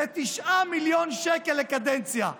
זה 9 מיליון שקל לקדנציה.